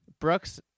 Brooks